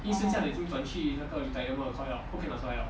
orh